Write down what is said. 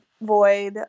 Void